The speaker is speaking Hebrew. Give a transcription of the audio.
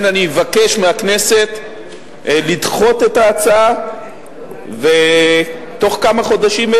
לכן אני אבקש מהכנסת לדחות את ההצעה ובתוך כמה חודשים,